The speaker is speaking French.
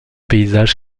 paysage